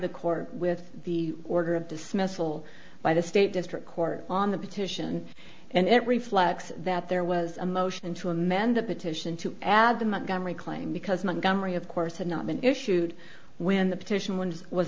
the court with the order of dismissal by the state district court on the petition and it reflects that there was a motion to amend the petition to add the mcgann reclaim because montgomery of course had not been issued when the petition w